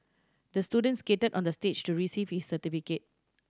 the student skated on the stage to receive his certificate